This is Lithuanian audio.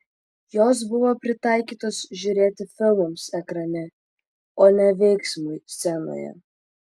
jos buvo pritaikytos žiūrėti filmams ekrane o ne veiksmui scenoje